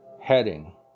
Heading